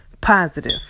positive